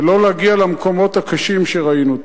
ולא להגיע למקומות הקשים שראינו.